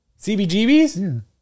CBGBs